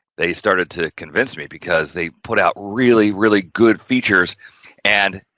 they started to convince me because they put out really, really good features and,